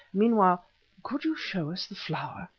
meanwhile could you show us the flower?